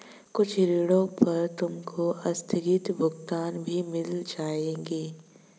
कुछ ऋणों पर तुमको आस्थगित भुगतान भी मिल जाएंगे